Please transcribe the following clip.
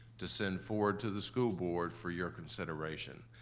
to send forward to the school board for your consideration.